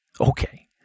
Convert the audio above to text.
Okay